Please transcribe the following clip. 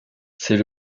c’est